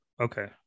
okay